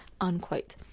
unquote